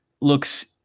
looks